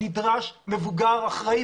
נדרש מבוגר אחראי,